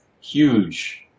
huge